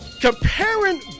Comparing